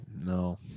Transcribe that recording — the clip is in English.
No